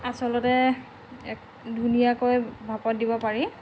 আচলতে এক ধুনীয়াকৈ ভাপত দিব পাৰি